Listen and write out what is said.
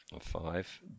Five